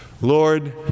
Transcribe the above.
Lord